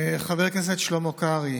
חבר הכנסת שלמה קרעי,